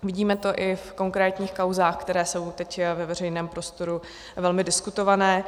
Vidíme to i v konkrétních kauzách, které jsou teď ve veřejném prostoru velmi diskutované.